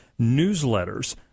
newsletters